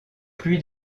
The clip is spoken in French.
pluies